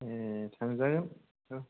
ए थांजागोन थौ